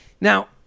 now